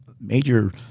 major